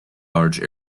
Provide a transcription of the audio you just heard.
large